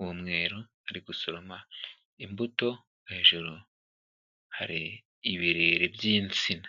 w'umweru, ari gusoroma imbuto hejuru hari ibirere by'insina.